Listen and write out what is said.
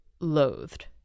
loathed